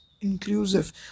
inclusive